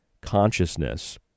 consciousness